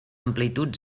amplitud